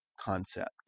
concept